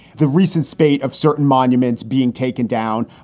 the recent spate of certain monuments being taken down.